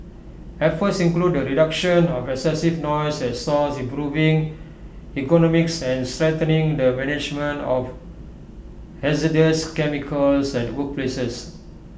efforts include the reduction of excessive noise at source improving ergonomics and strengthening the management of hazardous chemicals at workplaces